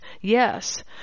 yes